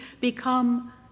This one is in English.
become